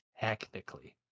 technically